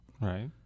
Right